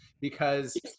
because-